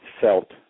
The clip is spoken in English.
felt